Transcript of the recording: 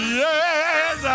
yes